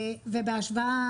ובהשוואה,